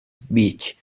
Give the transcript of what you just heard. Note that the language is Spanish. beach